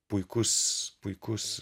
puikus puikus